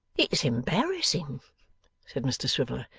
it's embarrassing said mr swiveller,